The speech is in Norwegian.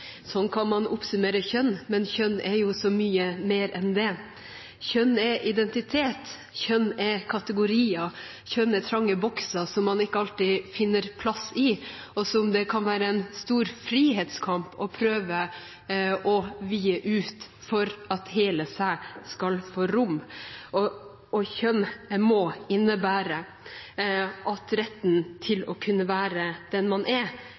Sånn kan man oppsummere kjønn, men kjønn er jo så mye mer enn det. Kjønn er identitet. Kjønn er kategorier. Kjønn er trange bokser som man ikke alltid finner plass i, og som det kan være en stor frihetskamp å prøve å vide ut for at hele en selv skal få rom. Og kjønn må innebære at retten til å kunne være den man er,